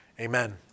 Amen